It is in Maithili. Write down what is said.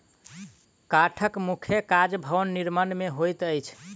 काठक मुख्य काज भवन निर्माण मे होइत अछि